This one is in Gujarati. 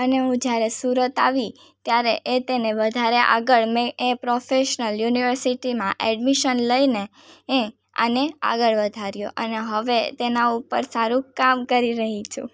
અને હું જ્યારે સુરત આવી ત્યારે એ તેને વધારે આગળ મેં એ પ્રોફેશનલ યુનિવર્સિટીમાં એડમિસન લઈને એં અને આગળ વધાર્યું અને હવે તેના ઉપર સારું કામ કરી રહી છું